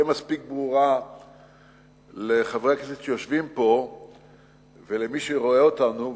מספיק ברורה לחברי הכנסת שיושבים פה ולמי שרואה אותנו,